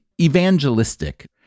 evangelistic